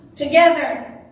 together